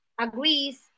agrees